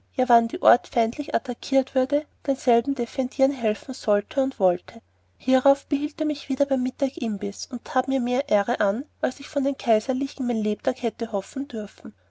wann der ort feindlich attackieret würde denselben defendieren helfen sollte und wollte hierauf behielt er mich wieder bei dem mittagimbiß und tät mir mehr ehre an als ich von den kaiserlichen mein lebtag hätte hoffen dörfen